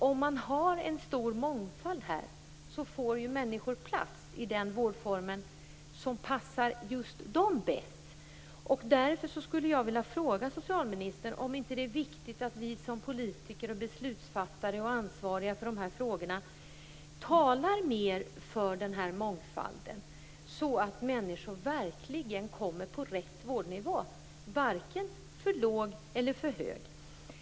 Om det finns en stor mångfald, får människor plats i den vårdform som passar just dem bäst. Därför vill jag fråga socialministern om det inte är viktigt att vi som politiker och beslutsfattare och ansvariga för dessa frågor talar mer för denna mångfald, så att människor verkligen kommer på rätt vårdnivå. Den skall varken vara för låg eller för hög.